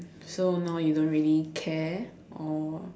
so now you don't really care or